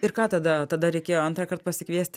ir ką tada tada reikėjo antrąkart pasikviesti